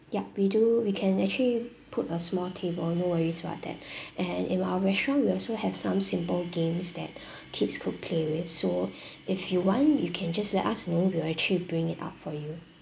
ya we do we can actually put a small table no worries about that and in our restaurant we also have some simple games that kids could play with so if you want you can just let us know we'll actually bring it up for you